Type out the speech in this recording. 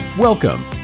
Welcome